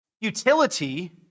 utility